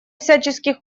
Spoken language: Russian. всяческих